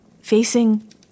Facing